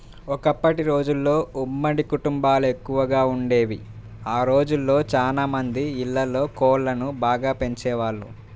ఒకప్పటి రోజుల్లో ఉమ్మడి కుటుంబాలెక్కువగా వుండేవి, ఆ రోజుల్లో చానా మంది ఇళ్ళల్లో కోళ్ళను బాగా పెంచేవాళ్ళు